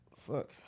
Fuck